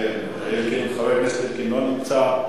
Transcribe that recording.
אלקין לא נמצא.